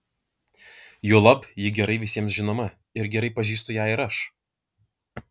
juolab ji gerai visiems žinoma ir gerai pažįstu ją ir aš